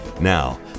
Now